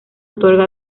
otorga